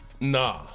nah